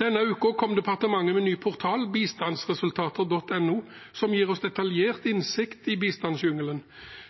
Denne uka kom departementet med en ny portal – bistandsresultater.no – som gir oss detaljert innsikt i